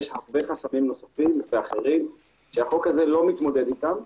יש הרבה חסמים אחרים ונוספים שהחוק הזה לא מתמודד איתם.